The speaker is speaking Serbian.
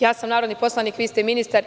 Ja sam narodni poslanik, vi ste ministar.